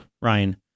Ryan